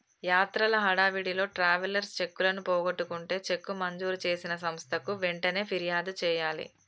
యాత్రల హడావిడిలో ట్రావెలర్స్ చెక్కులను పోగొట్టుకుంటే చెక్కు మంజూరు చేసిన సంస్థకు వెంటనే ఫిర్యాదు చేయాలి